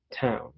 town